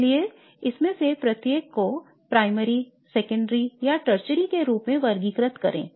इसलिए इनमें से प्रत्येक को प्राइमरी सेकेंडरी या टर्शरी के रूप में वर्गीकृत करें